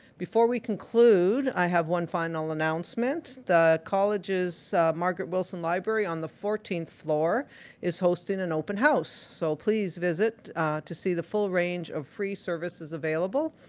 before we conclude, i have one final announcement the college's margaret wilson library on the fourteenth floor is hosting an open house. so please visit to see the full range of free services available,